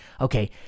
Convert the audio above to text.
Okay